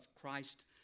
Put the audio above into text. Christ